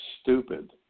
stupid